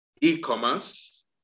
e-commerce